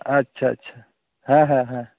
ᱟᱪᱪᱷᱟ ᱟᱪᱪᱷᱟ